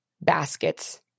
baskets